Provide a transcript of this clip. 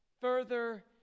further